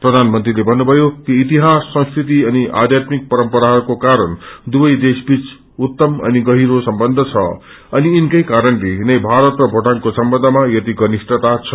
प्रधानमंत्रीले भन्नुभयो कि इतिहास संस्कृति अनि आध्यात्मिक परम्पराहरूको कारण दुवै देशबीच उत्तम अनि कगहिरो सम्बन्ध छ अनि यिनकै कारणले नै भारत र भोटाङको सम्बन्धमा यति धनिष्ठता छ